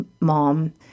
mom